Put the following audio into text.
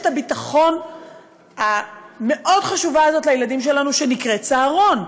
הביטחון המאוד-חשובה הזאת לילדים שלנו שנקראת צהרון.